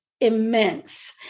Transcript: immense